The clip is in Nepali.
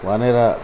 भनेर